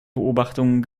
beobachtungen